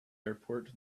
airport